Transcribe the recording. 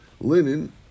Linen